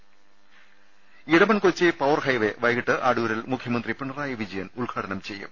് Edamon Kochi power highway വൈകിട്ട് അടൂരിൽ മുഖ്യമന്ത്രി പിണറായി വിജയൻ ഉദ്ഘാടനം ചെയ്യും